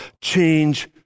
Change